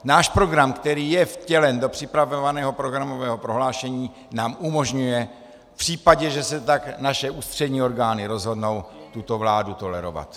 Náš program, který je vtělen do připravovaného programového prohlášení, nám umožňuje v případě, že se tak naše ústřední orgány rozhodnou, tuto vládu tolerovat.